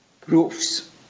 proofs